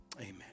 amen